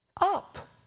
up